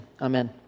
amen